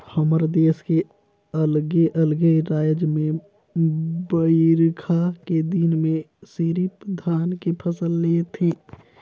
हमर देस के अलगे अलगे रायज में बईरखा के दिन में सिरिफ धान के फसल ले थें